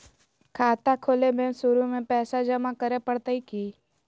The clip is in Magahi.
खाता खोले में शुरू में पैसो जमा करे पड़तई की?